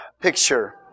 picture